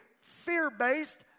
fear-based